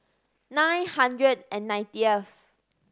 nine hundred and ninetieth